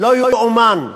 לא ייאמן.